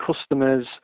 customers